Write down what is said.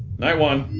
night one.